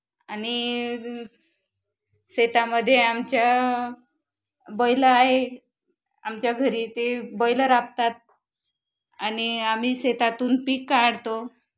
आणि शेतामध्ये आमच्या बैल आहे आमच्या घरी ते बैल राबतात आणि आम्ही शेतातून पीक काढतो